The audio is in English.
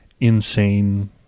insane